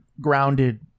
grounded